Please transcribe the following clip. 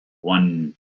one